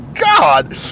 God